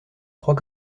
trois